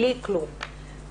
בלי כלום,